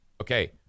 Okay